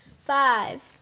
Five